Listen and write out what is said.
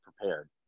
prepared